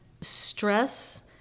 stress